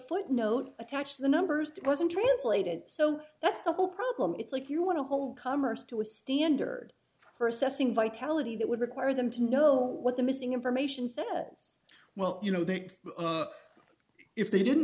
footnote attached the numbers wasn't translated so that's the whole problem it's like you want to hold commerce to a standard for assessing vitality that would require them to know what the missing information sends well you know that if they didn't